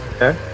Okay